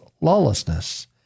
lawlessness